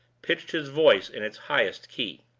pitched his voice in its highest key.